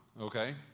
okay